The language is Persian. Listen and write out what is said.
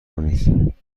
کنید